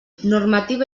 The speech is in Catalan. normativa